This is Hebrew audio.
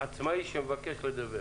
עצמאי שמבקש לדבר.